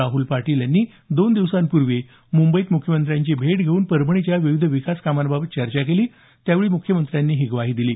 राहूल पाटील यांनी दोन दिवसांपूर्वी मुंबईत मुख्यमंत्र्यांची भेट घेवून परभणीच्या विविध विकास कामांसंदर्भात चर्चा केली त्यावेळी म्ख्यमंत्र्यांनी ही ग्वाही दिली